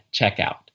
checkout